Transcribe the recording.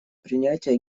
принятия